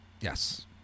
Yes